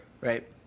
Right